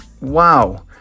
wow